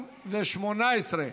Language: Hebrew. זמן סביר לעניין שירות רפואי),